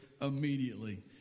immediately